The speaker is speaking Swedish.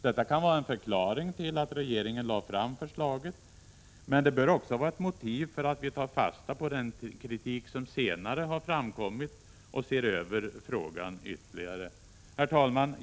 Detta kan vara en förklaring till att regeringen lade fram förslaget, men det bör också vara ett motiv för att vi tar fasta på den kritik som senare har framkommit och ser över frågan ytterligare. Herr talman!